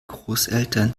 großeltern